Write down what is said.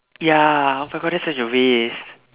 ya but that's such a waste